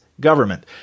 government